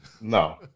No